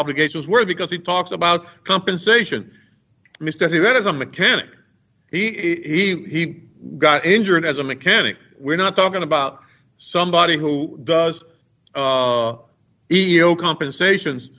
obligations were because he talks about compensation mr he read as a mechanic he got injured as a mechanic we're not talking about somebody who does e o compensations